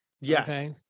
yes